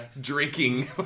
drinking